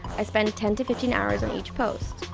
i spend ten to fifteen hours on each post.